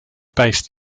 based